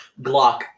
Glock